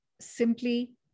simply